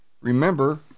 remember